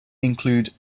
include